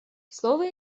слово